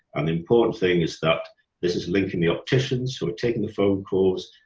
and the important thing is that this is linking the opticians, who are taking the phone calls,